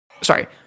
sorry